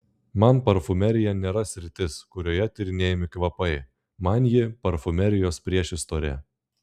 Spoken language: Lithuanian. man parfumerija nėra sritis kurioje tyrinėjami kvapai man ji parfumerijos priešistorė